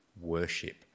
worship